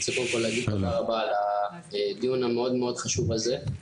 תודה רבה על הדיון המאוד מאוד חשוב הזה.